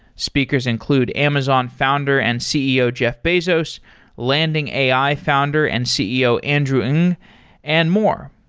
speakers include amazon founder and ceo, jeff bezos landing ai founder and ceo, andrew ng and more.